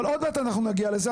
אבל עוד מעט אנחנו נגיע לזה.